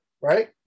right